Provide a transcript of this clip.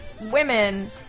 women